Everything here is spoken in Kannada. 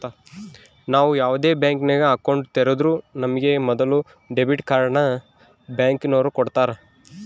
ನಾವು ಯಾವ್ದೇ ಬ್ಯಾಂಕಿನಾಗ ಅಕೌಂಟ್ ತೆರುದ್ರೂ ನಮಿಗೆ ಮೊದುಲು ಡೆಬಿಟ್ ಕಾರ್ಡ್ನ ಬ್ಯಾಂಕಿನೋರು ಕೊಡ್ತಾರ